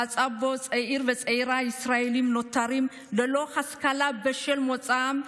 המצב שבו צעיר וצעירה ישראלים נותרים ללא השכלה בשל מוצאם,